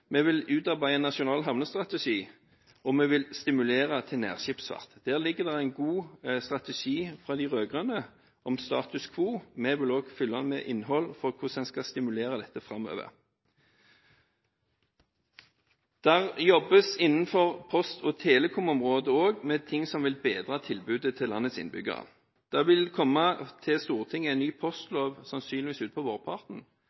Vi vil utarbeide en nasjonal havnestrategi, og vi vil stimulere til nærskipsfart. Der ligger det en god strategi fra de rød-grønne om status quo. Vi vil også fylle den med innhold for hvordan en skal stimulere dette framover. Det jobbes også innenfor post- og telekomområdet med ting som vil bedre tilbudet til landets innbyggere. Det vil komme en ny postlov til Stortinget, sannsynligvis utpå vårparten.